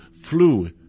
flew